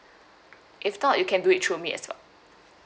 if not you can do it through me as well